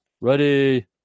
Ready